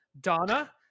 Donna